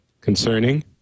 Concerning